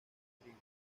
rodrigo